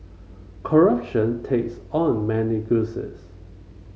corruption takes on many guises